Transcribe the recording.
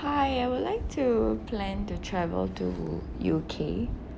hi I would like to plan to travel to U_K